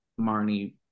Marnie